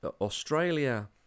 Australia